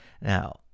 Now